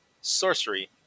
Sorcery